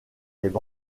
était